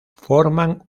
forman